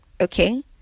okay